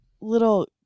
little